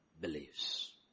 believes